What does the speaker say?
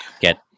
get